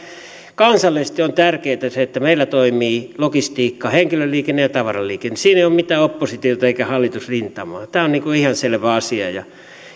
kansallisesti on tärkeätä se että meillä toimii logistiikka henkilöliikenne ja tavaraliikenne siinä ei ole mitään oppositiota eikä hallitusrintamaa tämä on ihan selvä asia ja